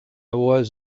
was